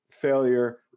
failure